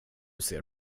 ser